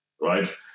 right